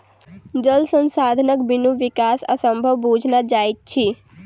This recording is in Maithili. जल संसाधनक बिनु विकास असंभव बुझना जाइत अछि